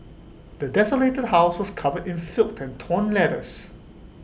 the desolated house was covered in filth and torn letters